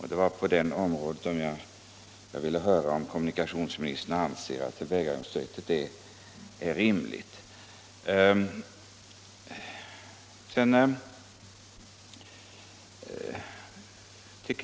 Vad jag ville veta var alltså om kommunikationsministern anser att detta tillvägagångssätt är rimligt. De